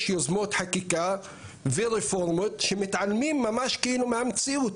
יוזמות חקיקה ורפורמות שמתעלמים ממש כאילו מהמציאות,